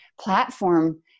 platform